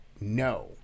No